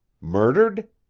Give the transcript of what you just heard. murdered?